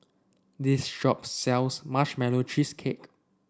this shop sells Marshmallow Cheesecake